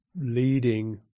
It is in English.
leading